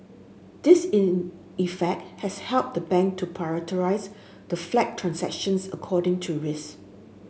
this in effect has helped the bank to prioritise the flagged transactions according to risk